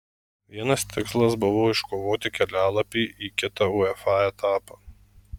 vienas tikslas buvo iškovoti kelialapį į kitą uefa etapą